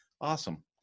Awesome